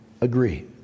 Agree